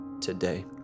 today